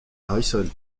harrison